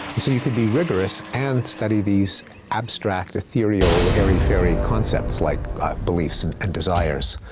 and so you could be rigorous and study these abstract, ethereal, airy-fairy concepts, like beliefs and and desires.